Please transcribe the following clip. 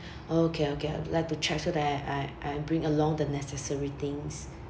oh okay okay I would like to check so that I I I bring along the necessary things